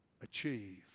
achieve